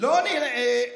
לא נראה.